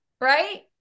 right